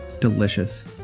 Delicious